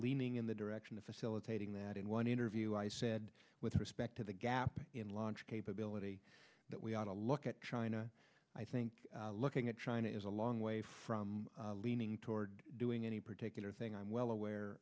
leaning in the direction of facilitating that in one interview i said with respect to the gap launch capability that we ought to look at china i think looking at china is a long way from leaning toward doing any particular thing i'm well aware